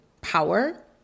power